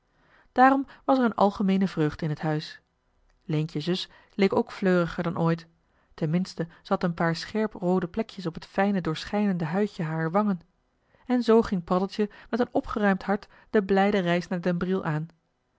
daarom was er een algemeene vreugde in het huis leentje zus leek ook fleuriger dan ooit ten minste ze had een paar scherp roode plekjes op het fijne doorschijnende huidje harer wangen en zoo ging paddeltje met een opgeruimd hart de blijde reis naar den briel aan